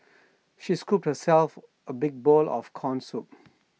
she scooped herself A big bowl of Corn Soup